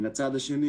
מן הצד השני,